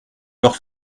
alors